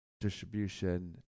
distribution